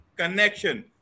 connection